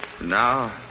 Now